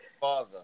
father